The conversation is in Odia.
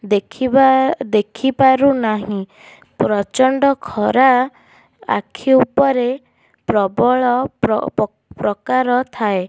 ଦେଖିବା ଦେଖିପାରୁନାହିଁ ପ୍ରଚଣ୍ଡ ଖରା ଆଖି ଉପରେ ପ୍ରବଳ ପ୍ରକାର ଥାଏ